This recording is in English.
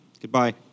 Goodbye